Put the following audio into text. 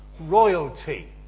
royalty